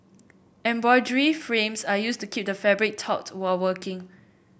frames are used to keep the fabric taut while working